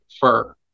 fur